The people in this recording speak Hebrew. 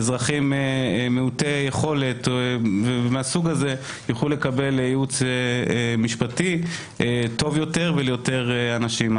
אזרחים מעוטי יכולת יוכלו לקבל ייעוץ משפטי טוב יותר וליותר אנשים.